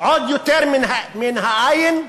עוד יותר מן האין?